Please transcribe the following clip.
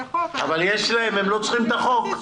החוק --- אבל הם לא צריכים את החוק.